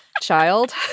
child